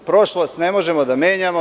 Prošlost ne možemo da menjamo.